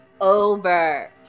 over